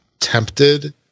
tempted